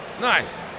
Nice